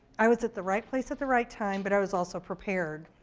i was at the right place at the right time, but i was also prepared.